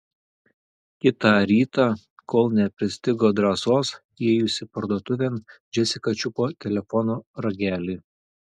kitą rytą kol nepristigo drąsos įėjusi parduotuvėn džesika čiupo telefono ragelį